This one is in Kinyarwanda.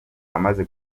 amaze